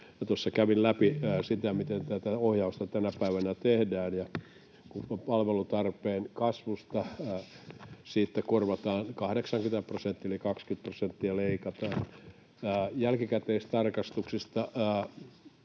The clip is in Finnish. kävin läpi sitä, miten tätä ohjausta tänä päivänä tehdään ja kuinka palvelutarpeen kasvusta korvataan 80 prosenttia, eli 20 prosenttia leikataan. Jälkikäteistarkastuksista